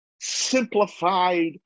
simplified